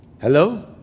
hello